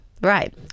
Right